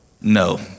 No